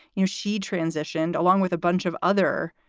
you know, she transitioned along with a bunch of other